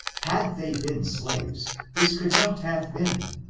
had they been slaves this could not have been,